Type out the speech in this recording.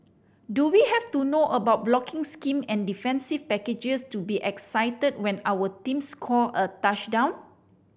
do we have to know about blocking scheme and defensive packages to be excited when our team score a touchdown